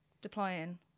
deploying